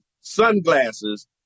sunglasses